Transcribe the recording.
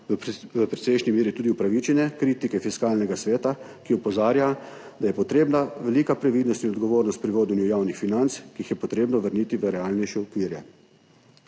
v precejšnji meri upravičene kritike Fiskalnega sveta, ki opozarja, da je potrebna velika previdnost in odgovornost pri vodenju javnih financ, ki jih je potrebno vrniti v realnejše okvire.